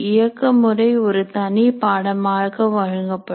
இயக்க முறை ஒரு தனி பாடமாக வழங்கப்படும்